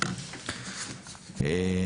אוקיי.